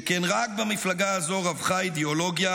שכן רק במפלגה הזו רווחה אידיאולוגיה